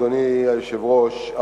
אדוני היושב-ראש,